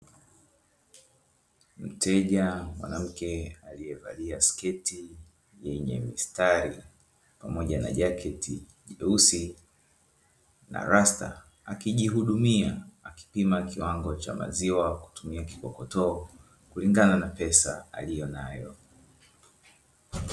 Mteja mwanamke aliyevalia sketi yenye mistari pamoja na jaketi jeusi na rasata, akijihudumia akipima kiwango cha maziwa kwa kutumia kikokotoo, kulingana na pesa aliyo nayo.